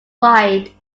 wide